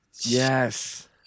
Yes